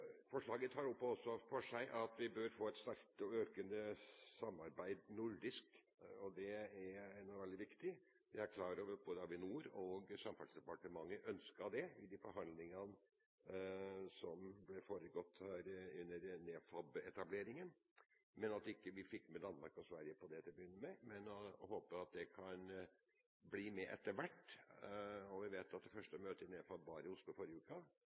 Forslaget tar også for seg at vi bør få et sterkere nordisk samarbeid, og det er veldig viktig. Vi er klar over at både Avinor og Samferdselsdepartementet ønsket det i forhandlingene forut for NEFAB-etableringen, men at vi ikke fikk med Danmark og Sverige på dette samarbeidet. Vi håper at disse landene kan bli med etter hvert. Vi vet at det første møtet i NEFAB var i Oslo i forrige uke.